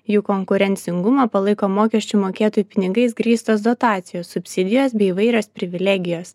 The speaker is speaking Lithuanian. jų konkurencingumą palaiko mokesčių mokėtojų pinigais grįstos dotacijos subsidijos bei įvairios privilegijos